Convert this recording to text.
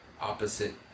opposite